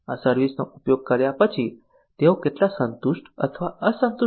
આ સર્વિસ નો ઉપયોગ કર્યા પછી તેઓ કેટલા સંતુષ્ટ અથવા અસંતુષ્ટ છે